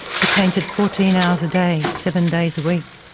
he painted fourteen hours a day, seven days a week.